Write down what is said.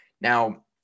Now